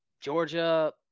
Georgia